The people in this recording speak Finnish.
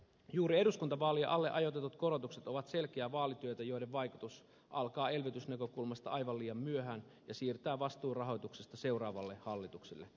juuri eduskuntavaalien alle ajoitetut korotukset ovat selkeää vaalityötä joiden vaikutus alkaa elvytysnäkökulmasta aivan liian myöhään ja siirtää vastuun rahoituksesta seuraavalle hallitukselle